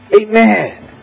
Amen